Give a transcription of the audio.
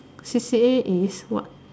C_C_A is what